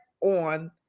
on